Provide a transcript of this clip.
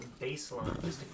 baseline